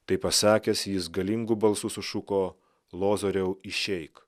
tai pasakęs jis galingu balsu sušuko lozoriau išeik